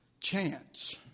chance